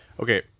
Okay